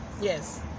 Yes